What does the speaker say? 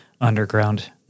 underground